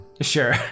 Sure